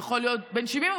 הוא יכול להיות בן 70,